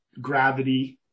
gravity